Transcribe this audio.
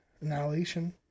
Annihilation